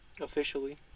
Officially